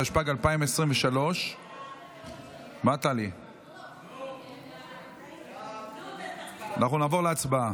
התשפ"ג 2023. אנחנו נעבור להצבעה.